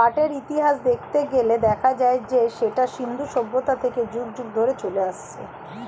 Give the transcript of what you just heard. পাটের ইতিহাস দেখতে গেলে দেখা যায় যে সেটা সিন্ধু সভ্যতা থেকে যুগ যুগ ধরে চলে আসছে